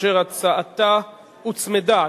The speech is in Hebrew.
שהצעתה הוצמדה,